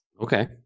Okay